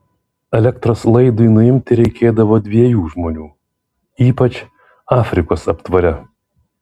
elektros laidui nuimti reikėdavo dviejų žmonių ypač afrikos aptvare